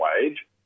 wage